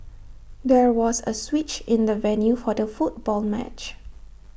there was A switch in the venue for the football match